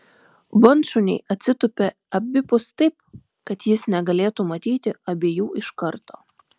bandšuniai atsitūpė abipus taip kad jis negalėtų matyti abiejų iškarto